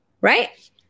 Right